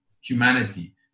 humanity